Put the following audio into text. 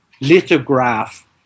lithograph